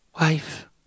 Wife